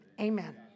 Amen